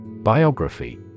Biography